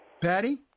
Patty